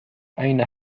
أين